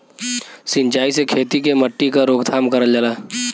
सिंचाई से खेती के मट्टी क रोकथाम करल जाला